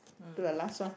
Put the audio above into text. do a last one